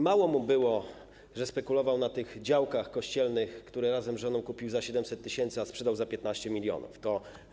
Mało mu było, że spekulował na działkach kościelnych, które razem z żoną kupił za 700 tys. zł, a sprzedał za 15 mln zł.